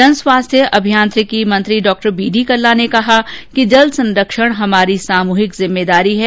जन स्वास्थ्य एवं अभियांत्रिकी मंत्री डॉ बी डी कल्ला ने कहा कि जल संरक्षण हमारी सामूहिक जिम्मेदारी है